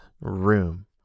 room